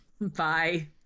bye